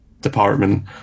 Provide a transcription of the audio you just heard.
department